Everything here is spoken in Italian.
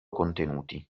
contenuti